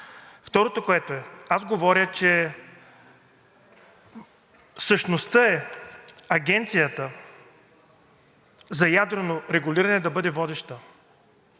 Второто, което е, говоря, че същността е Агенцията за ядрено регулиране да бъде водеща,